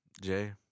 Jay